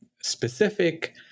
specific